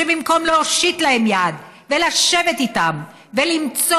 שבמקום להושיט להם יד ולשבת איתם ולמצוא